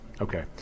Okay